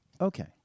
Okay